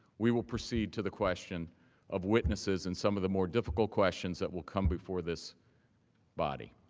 we will proceed to the question of witnesses and some of the more difficult questions that will come before this body.